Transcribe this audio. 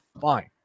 fine